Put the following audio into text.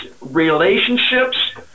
relationships